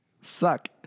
suck